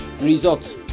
results